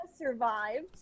survived